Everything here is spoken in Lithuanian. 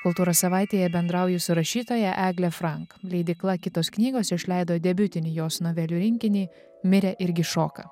kultūros savaitėje bendrauju su rašytoja eglė frank leidykla kitos knygos išleido debiutinį jos novelių rinkinį mirė irgi šoka